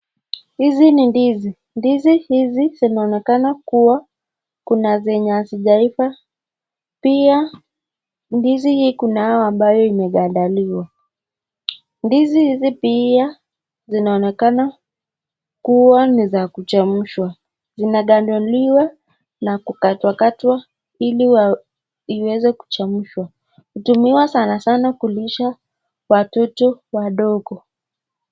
Hizi ni ndizi. Ndizi hizi zinaonekana kuwa kuna zenye hazijaiva, pia ndizi hii kunao ambayo imegandaliwa. Ndizi hizi pia zinaonekana kuwa ni za kuchemsha. Zinagandaliwa na kukatwa katwa ili iweze kuchemshwa. Hutumiwa sana sana kulisha watoto wadogo.